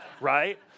right